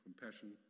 compassion